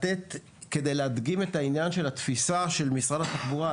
כדי להדגים את העניין של התפיסה של משרד התחבורה,